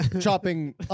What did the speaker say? chopping